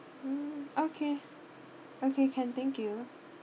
mm okay okay can thank you